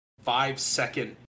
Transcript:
five-second